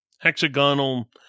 hexagonal